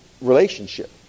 relationship